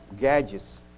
gadgets